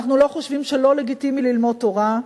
אנחנו לא חושבים שלא לגיטימי ללמוד תורה.